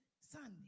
Sunday